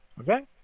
Okay